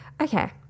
Okay